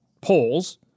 polls